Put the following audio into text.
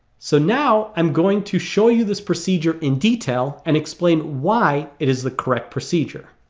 so now i'm going to show you this procedure in detail and explain why it is the correct procedure